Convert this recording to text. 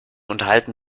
unterhalten